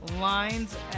Lines